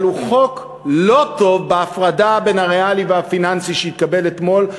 אבל הוא חוק לא טוב בהפרדה בין הריאלי לפיננסי שהתקבלה אתמול,